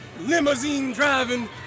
limousine-driving